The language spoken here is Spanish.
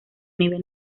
nivel